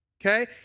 okay